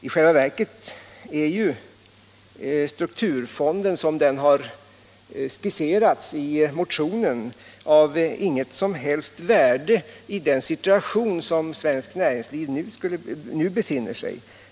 I själva verket är strukturfonden, som den har skisserats i motionen, av inget som helst värde i den situation som svenskt näringsliv nu befinner sig i.